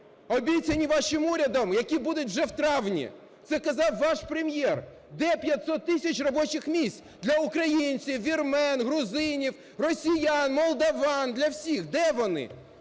обіцяні вашим урядом, які будуть вже в травні? Це казав ваш Прем'єр. Де 500 тисяч робочих місць для українців, вірмен, грузинів, росіян, молдаван, для всіх, де вони?